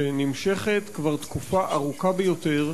שנמשכת כבר תקופה ארוכה ביותר,